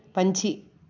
ਪੰਛੀ